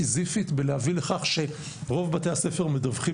סיזיפית להביא לכך שרוב בתי הספר מדווחים